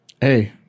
Hey